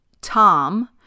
Tom